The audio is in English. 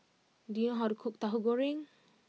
do you know how to cook Tahu Goreng